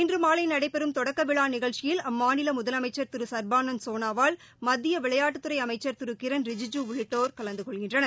இன்று மாலை நடைபெறும் தொடக்க விழா நிகழ்ச்சியில் அம்மாநில முதலமைச்சர் திரு சர்பானந்த சோனாவால் மத்திய விளையாட்டுத் துறை அமைச்சர் திரு கிரண் ரிஜீஜூ உள்ளிட்டோர் கலந்து கொள்கின்றனர்